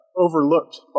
Overlooked